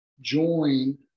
join